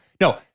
No